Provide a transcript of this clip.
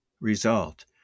result